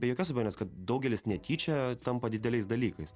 be jokios abejonės kad daugelis netyčia tampa dideliais dalykais